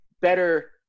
better